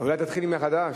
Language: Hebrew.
אולי תתחילי מחדש?